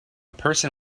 person